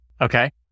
Okay